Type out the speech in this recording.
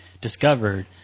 discovered